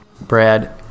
Brad